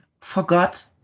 forgot